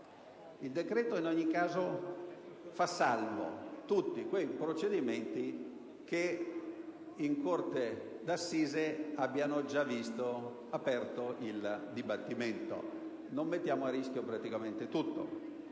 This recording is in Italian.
Il decreto, in ogni caso, fa salvi tutti quei procedimenti che in corte d'assise abbiano già visto aperto il dibattimento (mettiamo al riparo da rischi praticamente tutto)